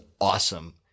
awesome